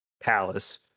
palace